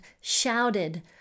shouted